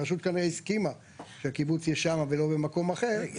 הרשות כנראה הסכימה שהקיבוץ יהיה שמה ולא במקום אחר.